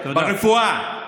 ברפואה,